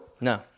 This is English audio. No